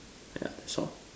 ya that's all